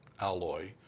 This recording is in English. alloy